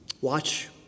watch